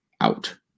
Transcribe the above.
out